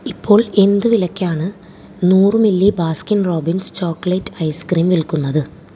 ഇപ്പോൾ എന്ത് വിലയ്ക്കാണ് നൂറ് milli Baskin Robbins chocolate ice cream വിൽക്കുന്നത്